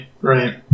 right